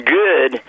good